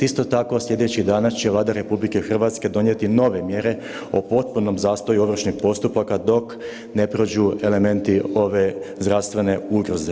Isto tako sljedećih dana će Vlada RH donijeti nove mjere o potpunom zastoju ovršnih postupaka dok ne prođu elementi ove zdravstvene ugroze.